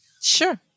sure